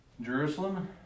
Jerusalem